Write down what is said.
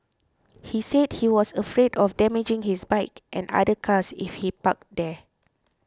he said he was afraid of damaging his bike and other cars if he parked there